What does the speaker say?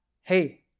Hey